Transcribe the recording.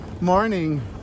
Morning